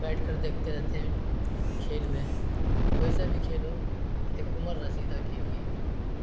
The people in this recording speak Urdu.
بیٹھ کر دیکھتے رہتے ہیں کھیل میں ویسے بھی کھیل ہو ایک عمر رسیدہ کے لیے